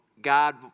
God